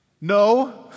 No